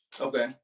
Okay